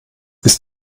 ist